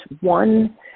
one